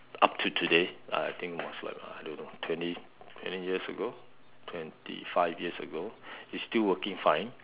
up to today I think was like I don't know twenty twenty years ago twenty five years ago is still working fine